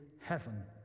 heaven